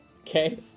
Okay